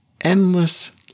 endless